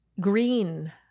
Green